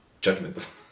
judgment